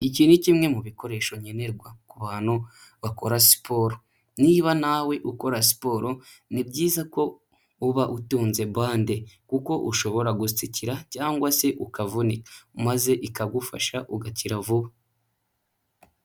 Iki ni kimwe mu bikoresho nkenerwa ku bantu bakora siporo, niba nawe ukora siporo ni byiza ko uba utunze bande, kuko ushobora gutsikira cyangwa se ukavuna maze ikagufasha ugakira vuba.